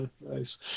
Nice